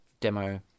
demo